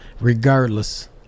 regardless